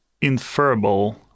inferable